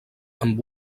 amb